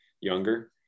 younger